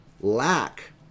lack